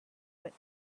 went